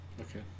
Okay